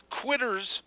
quitters